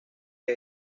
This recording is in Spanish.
que